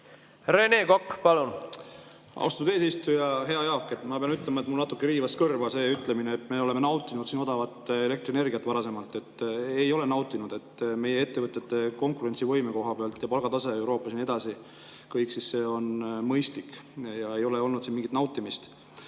Rene Kokk, palun!